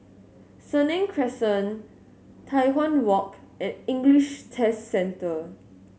Senang Crescent Tai Hwan Walk and English Test Centre